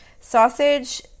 sausage